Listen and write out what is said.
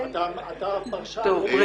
אתה פרשן לא טוב.